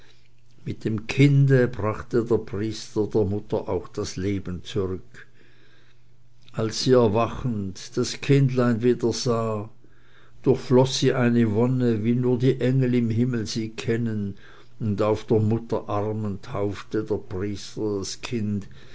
mit dem kinde brachte der priester der mutter auch das leben zurück als sie erwachend das kindlein wieder sah durchfloß sie eine wonne wie sie nur die engel im himmel kennen und auf der mutter armen taufte der priester das kind